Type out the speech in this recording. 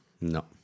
No